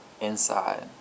inside